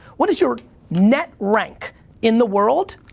what is your net rank in the world?